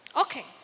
Okay